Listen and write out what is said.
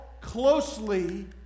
Closely